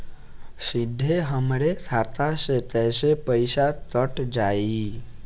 सीधे हमरे खाता से कैसे पईसा कट जाई?